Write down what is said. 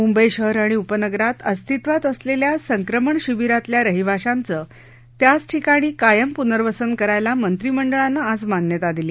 मुंबई शहर आणि उपनगरात अस्तित्वात असलेल्या संक्रमण शिबिरातल्या रहिवाशांचं त्याच ठिकाणी कायम पुनर्वसन करायला मंत्रिमंडळानं आज मान्यता दिली